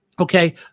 Okay